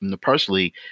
personally